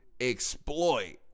exploit